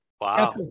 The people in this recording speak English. wow